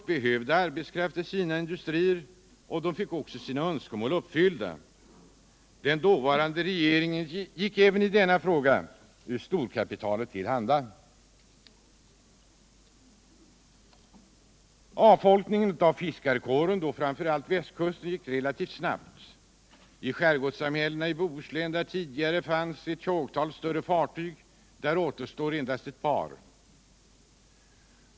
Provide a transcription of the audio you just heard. som behövde arbetskraft till sina industrier, fick sina önskemål uppfyllda. Den dåvarande regeringen gick även I denna fråga storkapitalet till handa. Avfolkningen av fiskarkåren på framför allt västkusten gick relativt snabbt. I skärgårdssamhätllena i Bohuslän där det tidigare fanns ett tjogtal större fiskefartyg återstår nu endast ett par.